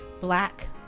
black